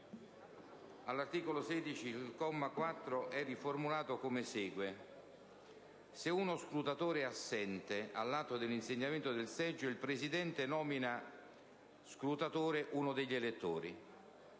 All'articolo 16, il comma 4 e riformulato come segue: «Se uno scrutatore è assente all'atto dell'insediamento del seggio, il Presidente nomina scrutatore uno degli elettori.